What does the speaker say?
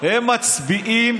הם מצביעים